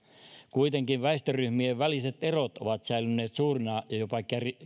kuitenkin väestöryhmien väliset erot ovat säilyneet suurina ja jopa